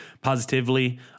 positively